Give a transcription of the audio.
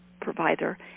provider